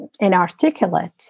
inarticulate